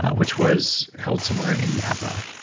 which was held somewhere in napa,